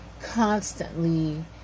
constantly